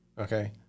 okay